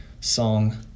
song